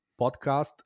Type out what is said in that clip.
podcast